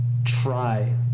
try